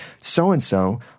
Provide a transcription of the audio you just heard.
so-and-so